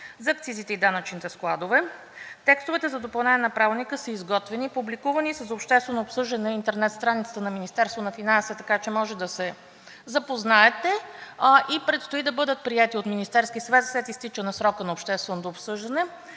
за акцизите и данъчните складове. Текстовете за допълнение на Правилника са изготвени, публикувани и са за обществено обсъждане на интернет страницата на Министерството на финансите, така че може да се запознаете. Предстои да бъдат приети от Министерския съвет след изтичане на срока на общественото обсъждане,